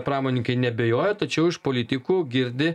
pramoninkai neabejoja tačiau iš politikų girdi